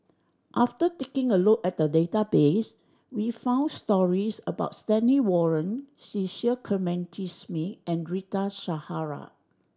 after taking a look at database we found stories about Stanley Warren Cecil Clementi Smith and Rita Zahara